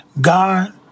God